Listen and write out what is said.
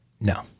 No